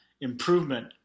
Improvement